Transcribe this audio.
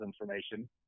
information